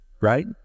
right